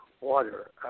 water